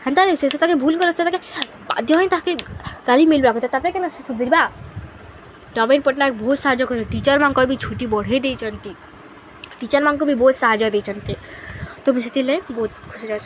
ହେନ୍ତା ନାଇଁ ସେ ତାକେ ଭୁଲ କ ସେ ତାକେ ବାଧ୍ୟ ହେଇ ତାକେ ଗାଳି ମିଳ୍ବା କଥା ତାପରେ କେନ ସେ ସୁଧୁରିବା ନବୀନ ପଟ୍ଟନାୟକ ବହୁତ ସାହାଯ୍ୟ କରି ଟିଚର୍ମାନଙ୍କର ବି ଛୁଟି ବଢ଼େଇ ଦେଇଛନ୍ତି ଟିଚର୍ମାନଙ୍କୁ ବି ବହୁତ ସାହାଯ୍ୟ ଦେଇଛନ୍ତି ତ ମୁଁ ସେଥିର୍ ଲାଗି ବହୁତ ଖୁସି ଯାଉଚ